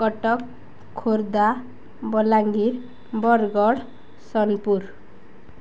Cuttack Khordha Balangir Bargarh Sonepur